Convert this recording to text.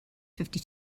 fifty